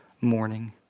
morning